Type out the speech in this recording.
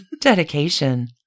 dedication